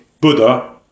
Buddha